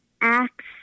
acts